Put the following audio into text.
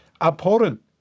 abhorrent